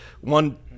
one